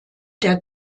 der